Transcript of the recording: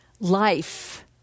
life